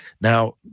now